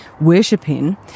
worshiping